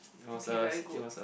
okay very good